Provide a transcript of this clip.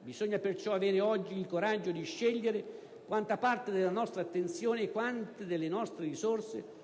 Bisogna perciò avere oggi il coraggio di scegliere quanta parte della nostra attenzione e quante delle nostre risorse